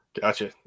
Gotcha